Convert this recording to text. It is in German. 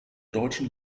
deutschen